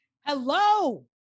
Hello